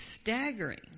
staggering